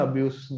abuse